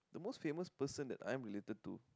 the most famous person that I'm related to